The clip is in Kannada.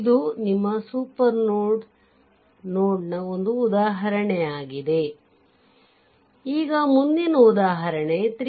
ಇದು ನಿಮ್ಮ ಸೂಪರ್ ನೋಡ್ನ ಒಂದು ಉದಾಹರಣೆಯಾಗಿದೆ ಈಗ ಮುಂದಿನ ಉದಾಹರಣೆ 3